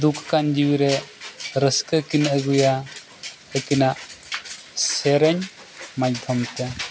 ᱫᱩᱠ ᱟᱠᱟᱱ ᱡᱤᱣᱤᱨᱮ ᱨᱟᱹᱥᱠᱟᱹ ᱠᱤᱱ ᱟᱹᱜᱩᱭᱟ ᱟᱹᱠᱤᱱᱟᱜ ᱥᱮᱨᱮᱧ ᱢᱟᱫᱽᱫᱷᱚᱢ ᱛᱮ